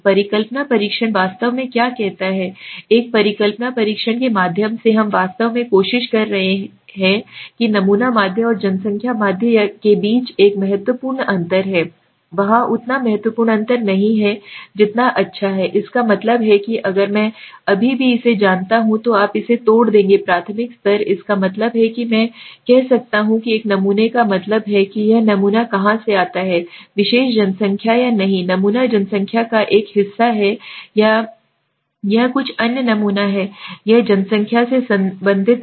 परिकल्पना परीक्षण वास्तव में क्या कहता है एक परिकल्पना परीक्षण के माध्यम से हम वास्तव में कोशिश कर रहे हैं कहते हैं कि नमूना माध्य और जनसंख्या माध्य या के बीच एक महत्वपूर्ण अंतर है वहाँ उतना महत्वपूर्ण अंतर नहीं है जितना अच्छा हैइसका मतलब है कि अगर मैं अभी भी इसे जानता हूं तो आप इसे तोड़ देंगे प्राथमिक स्तर इसका मतलब है कि मैं कह सकता हूं कि एक नमूने का मतलब है कि यह नमूना कहां से आता है विशेष जनसंख्या या नहीं नमूना जनसंख्या का एक हिस्सा है या यह कुछ अन्य नमूना है यह है जनसंख्या से संबंधित नहीं